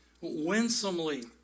Winsomely